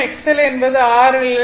X L என்பது r L ω